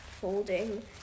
folding